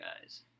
guys